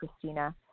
christina